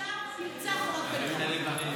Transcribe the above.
עכשיו נרצח עוד בן אדם.